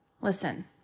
Listen